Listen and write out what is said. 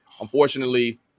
Unfortunately